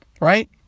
Right